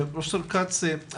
פרופ' כץ,